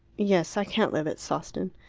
yes. i can't live at sawston.